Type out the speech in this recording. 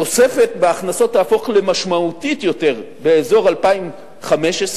התוספת בהכנסות תהפוך למשמעותית יותר באזור 2015,